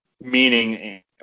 meaning